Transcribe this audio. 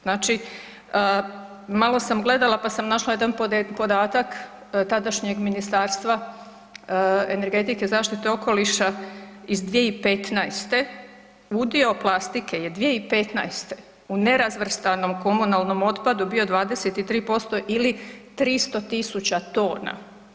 Znači malo sam gledala pa sam našla jedan podatak tadašnjeg Ministarstva energetike zaštite okoliša iz 2015. udio plastike je 2015. u nerazvrstanom komunalnom otpadu bio 23% ili 300.000 tona.